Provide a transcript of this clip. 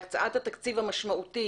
הקצאת התקציב המשמעותי